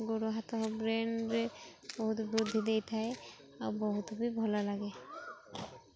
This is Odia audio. ଗୋଡ଼ ହାତ ବ୍ରେନ୍ରେ ବହୁତ ବୃଦ୍ଧି ଦେଇଥାଏ ଆଉ ବହୁତ ବି ଭଲ ଲାଗେ